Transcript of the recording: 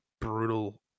brutal